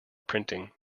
printing